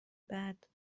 بعد